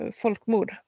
folkmord